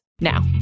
now